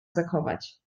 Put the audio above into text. zachowywać